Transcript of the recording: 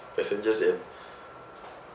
passengers and